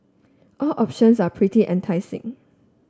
all options are pretty enticing